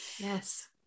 yes